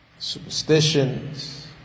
superstitions